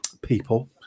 people